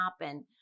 happen